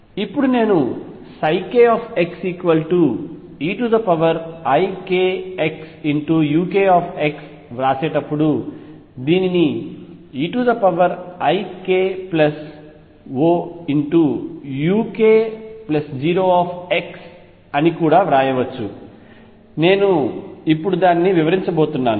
ఇప్పుడు నేను kxeikxuk వ్రాసేటప్పుడు దీనిని eikuk అని కూడా వ్రాయవచ్చు నేను ఇప్పుడు వివరించబోతున్నాను